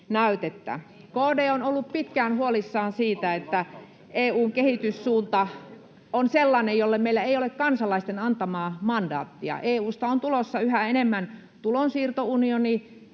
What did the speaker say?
KD on ollut pitkään huolissaan siitä, että EU:n kehityssuunta on sellainen, jolle meillä ei ole kansalaisten antamaa mandaattia. EU:sta on tulossa yhä enemmän tulonsiirtounioni,